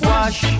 Wash